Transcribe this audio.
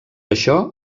això